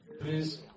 please